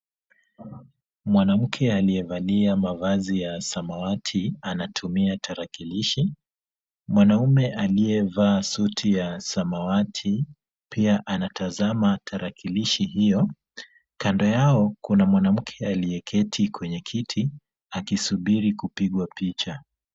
Mwanamke aliyevalia mavazi ya samawati anatumia tarakilishi. Mwanaume aliyevaa suti ya samawati pia anatazama tarakilishi hiyo. Kando yao kuna mwanamke aliyeketi kwenye kiti, akisubiri kupigwa picha.